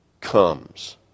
comes